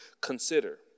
consider